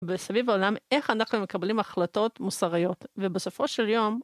בסביב העולם, איך אנחנו מקבלים החלטות מוסריות. ובסופו של יום...